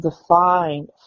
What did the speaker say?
define